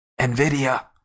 nvidia